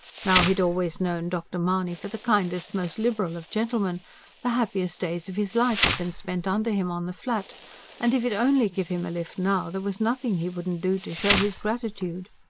now he'd always known dr. mahony for the kindest, most liberal of gentlemen the happiest days of his life had been spent under him, on the flat and if he'd only give him a lift now, there was nothing he wouldn't do to show his gratitude.